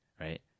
right